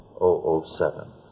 007